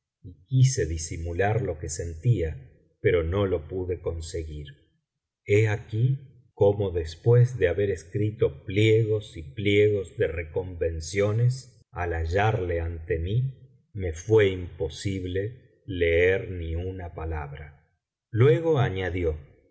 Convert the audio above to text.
quise disimular lo que sentía pero fío lo pude conseguir he aquí cómo después de haber escrito pliegos y pliegos de reconvenciones al hallarle ante uní me fué imposible leer ni una palabra luego añadió